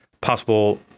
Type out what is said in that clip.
possible